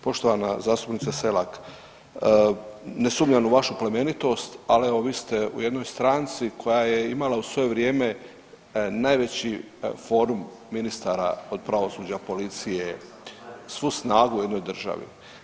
Poštovana zastupnice Selak, ne sumnjam u vašu plemenitost, ali evo vi ste u jednoj stranci koja je imala u svoje vrijeme najveći forum ministara od pravosuđa, policije, svu snagu u jednoj državi.